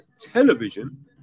Television